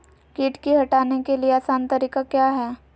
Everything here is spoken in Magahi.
किट की हटाने के ली आसान तरीका क्या है?